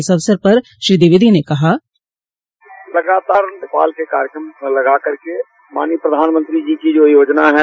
इस अवसर पर श्री द्विवेदी ने कहा लगातार चौपाल के कार्यक्रम लगा करके माननोय प्रधानमंत्री जी की जो योजना है